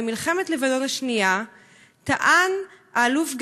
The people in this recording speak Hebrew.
במלחמת לבנון השנייה טען האלוף גרשון,